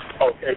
Okay